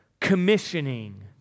commissioning